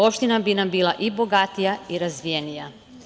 Opština bi nam bila i bogatija i razvijenija.